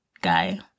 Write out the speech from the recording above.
guy